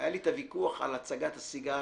היה לי את הוויכוח על הצגת הסיגריות,